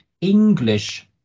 English